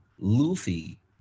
Luffy